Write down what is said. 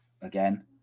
again